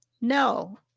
No